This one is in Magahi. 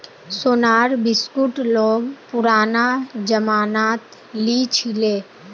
सोनार बिस्कुट लोग पुरना जमानात लीछीले